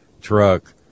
truck